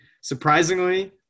Surprisingly